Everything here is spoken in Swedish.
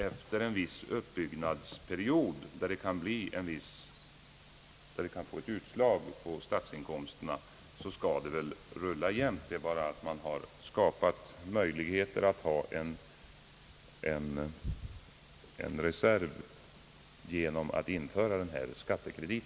Efter en viss uppbyggnadsperiod, där de kan få ett utslag på statsinkomsterna, skall det väl rulla jämnt. Man har då bara skapat möjligheter till att ha en reserv genom att införa denna skattekredit.